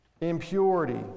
impurity